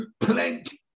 plenty